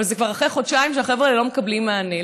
אבל זה כבר אחרי חודשיים שהחבר'ה האלה לא מקבלים מענה.